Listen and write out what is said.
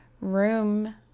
room